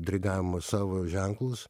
dirigavimo savo ženklus